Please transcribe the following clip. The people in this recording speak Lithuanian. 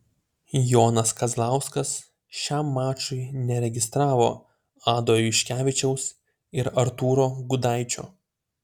jonas kazlauskas šiam mačui neregistravo ado juškevičiaus ir artūro gudaičio